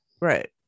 Right